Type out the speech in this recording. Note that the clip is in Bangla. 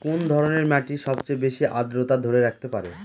কোন ধরনের মাটি সবচেয়ে বেশি আর্দ্রতা ধরে রাখতে পারে?